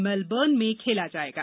Melbourne में खेला जायेगा